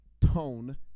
tone